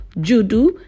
judo